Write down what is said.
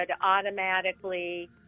automatically